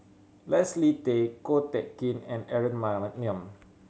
Leslie Tay Ko Teck Kin and Aaron Maniam